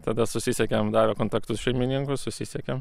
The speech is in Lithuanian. tada susisiekėm davė kontaktus šeimininkus susisiekėm